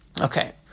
Okay